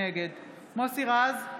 נגד מוסי רז,